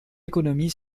économie